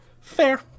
Fair